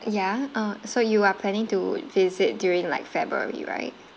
yeah uh so you are planning to visit during like february right